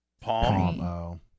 Palm